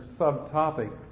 subtopic